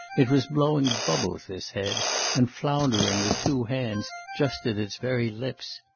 it was blowing bubbles, this head and floundering with two hands just at its very lips.